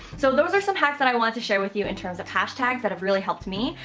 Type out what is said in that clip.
so those are some hacks that i wanted to share with you in terms of hashtags that have really helped me,